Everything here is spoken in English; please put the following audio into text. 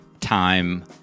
time